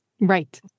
right